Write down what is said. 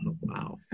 Wow